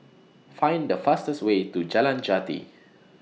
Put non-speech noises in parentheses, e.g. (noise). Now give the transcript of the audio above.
Find The fastest Way to Jalan (noise) Jati